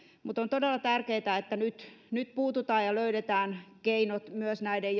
mutta on todella tärkeätä että nyt nyt puututaan ja löydetään keinot myös näiden